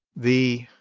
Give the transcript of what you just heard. the